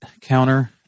Counter